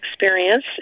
experience